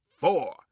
four